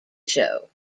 show